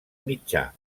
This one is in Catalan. mitjà